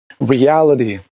reality